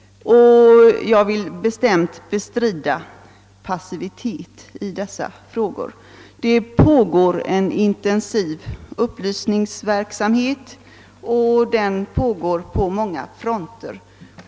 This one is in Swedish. Jag vill bestämt bestrida passivitet i dessa frågor. En intensiv upplysningsverksamhet pågår på många fronter.